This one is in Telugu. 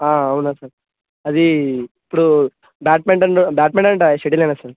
అవునా సార్ అది ఇప్పుడు బ్యాట్మెంటెను బ్యాట్మెంటెన్ అంటే షెటిలేనా సార్